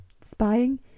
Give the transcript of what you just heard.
spying